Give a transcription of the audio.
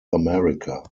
america